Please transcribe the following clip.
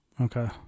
Okay